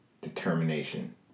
Determination